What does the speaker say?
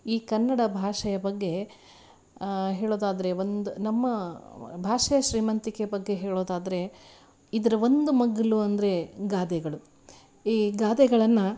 ಈ ಕನ್ನಡ ಭಾಷೆಯ ಬಗ್ಗೆ ಹೇಳೋದಾದರೆ ಒಂದು ನಮ್ಮ ಭಾಷೆಯ ಶ್ರೀಮಂತಿಕೆ ಬಗ್ಗೆ ಹೇಳೋದಾದರೆ ಇದರ ಒಂದು ಮಗ್ಗಲು ಅಂದರೆ ಗಾದೆಗಳು ಈ ಗಾದೆಗಳನ್ನು